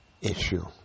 issue